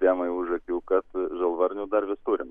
temai už akių kad žalvarnių dar vis turim